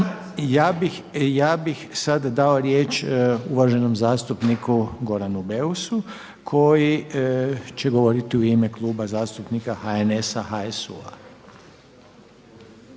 Ja bih sad dao riječ uvaženom zastupniku Goranu Beusu koji će govoriti u ime Kluba zastupnika HNS-a, HSZ-a.